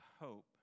hope